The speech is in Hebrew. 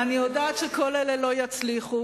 אני יודעת שכל אלה לא יצליחו,